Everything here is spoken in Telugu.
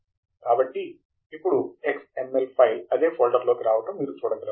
కాబట్టి ఇప్పుడు XML ఫైల్ అదే ఫోల్డర్లోకి రావటం మీరు చూడగలరు